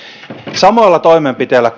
samoilla toimenpiteillä